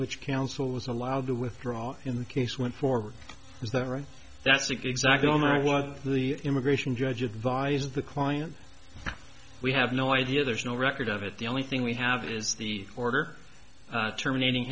which counsel was allowed to withdraw in the case went forward is that right that's exactly what the immigration judge advised the client we have no idea there's no record of it the only thing we have is the order terminating